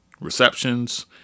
receptions